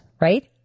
right